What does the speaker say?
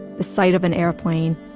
the sight of an airplane,